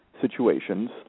situations